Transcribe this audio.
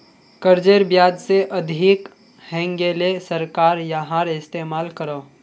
कर्जेर ब्याज से अधिक हैन्गेले सरकार याहार इस्तेमाल करोह